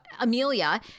Amelia